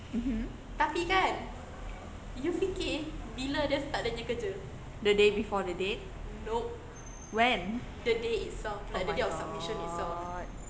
the day before the day when oh my god